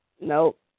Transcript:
nope